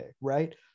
right